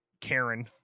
karen